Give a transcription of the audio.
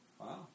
Wow